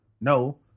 No